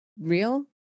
real